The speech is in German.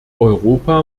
europa